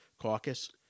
caucus